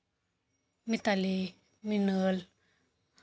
Mithali Minal